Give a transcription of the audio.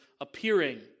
appearing